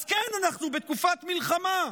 אז כן, אנחנו בתקופת מלחמה,